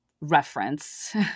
reference